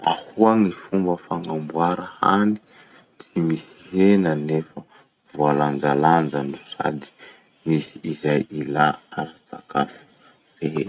Ahoa gny fomba fagnamboara hany tsy misy hena nefa voalanjalanja no sady misy izay ilà ara-tsakafo rehetra?